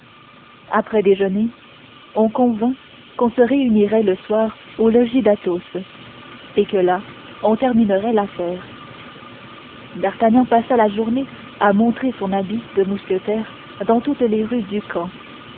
après déjeuner on convint qu'on se réunirait le soir au logis d'athos et que là on terminerait l'affaire d'artagnan passa la journée à montrer son habit de mousquetaire dans toutes les rues du camp